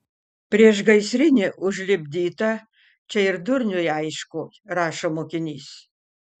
priešgaisrinė užlipdyta čia ir durniui aišku rašo mokinys